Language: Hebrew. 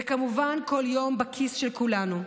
וכמובן, כל יום בכיס של כולנו.